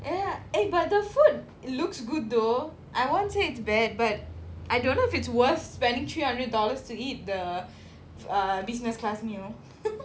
ya ya ya eh but the food looks good though I won't say it's bad but I don't know if it's worth spending three hundred dollars to eat the ah business class meal